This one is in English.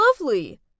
lovely